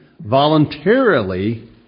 voluntarily